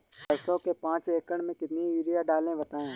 सरसो के पाँच एकड़ में कितनी यूरिया डालें बताएं?